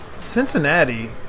Cincinnati